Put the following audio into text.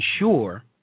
ensure